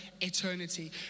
eternity